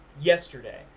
yesterday